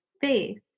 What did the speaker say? faith